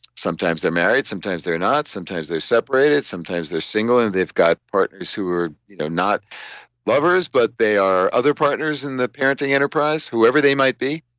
sometimes they're married sometimes they're not, sometimes they're separated, sometimes they're single and they've got partners who are you know not lovers but they are other partners in the parenting enterprise, whoever they might be.